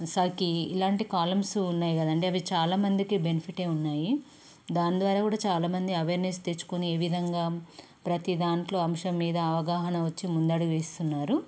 సఖీ ఇలాంటి కాలమ్సు ఉన్నాయి కదా అండీ అవి చాలా మందికి బెనిఫిటే ఉన్నాయి దాని ద్వారా కూడా చాలామంది అవేర్నెస్ తెచ్చుకొని ఈ విధంగా ప్రతి దాంట్లో అంశం మీద అవగాహన వచ్చి ముందడుగు వేస్తున్నారు